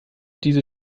diese